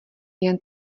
jen